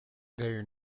their